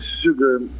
sugar